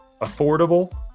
affordable